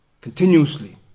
continuously